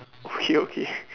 okay okay